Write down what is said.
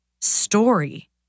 story